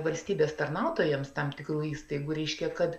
valstybės tarnautojams tam tikrų įstaigų reiškia kad